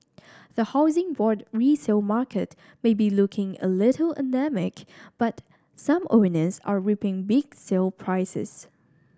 the Housing Board resale market may be looking a little anaemic but some owners are reaping big sale prices